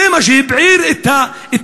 זה מה שהבעיר את האזור.